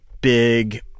big